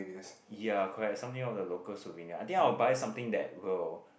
ya correct something of the local souvenir I think I want buy something that will